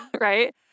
right